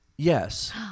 Yes